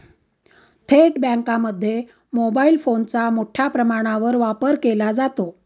थेट बँकांमध्ये मोबाईल फोनचा मोठ्या प्रमाणावर वापर केला जातो